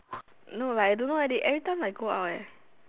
no like I don't know eh they every time like go out eh